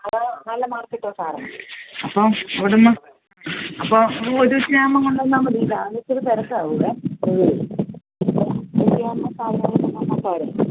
അത് നല്ല മാർക്കറ്റാ സാറെ അപ്പോൾ ഇവിടുന്ന് അപ്പോൾ ഒരു ഉച്ചയാകുമ്പോൾ കൊണ്ടുവന്നാൽ മതി രാവിലെ ഇത്തിരി തിരക്കാൻ ഇവിടെ ഒരു ഉച്ചയാകുമ്പോൾ സാധനങ്ങൾ കൊണ്ടുവന്നാൽ പോരെ